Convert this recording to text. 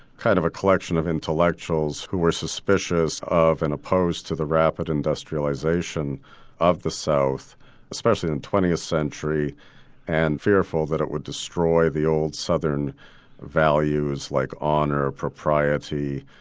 kind of a collection of intellectuals who were suspicious of and opposed to the rapid industrialisation of the south especially in the twentieth century and fearful that it would destroy the old southern values like ah honour, propriety,